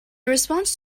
response